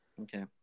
Okay